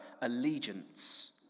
allegiance